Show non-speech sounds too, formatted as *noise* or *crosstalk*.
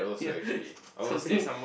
yeah *laughs* something